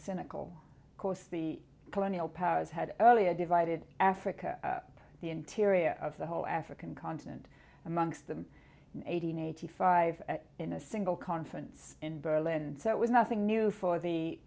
cynical course the colonial powers had earlier divided africa up the interior of the whole african continent amongst them eight hundred eighty five in a single conference in berlin so it was nothing new for the